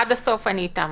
עד הסוף אני אתם.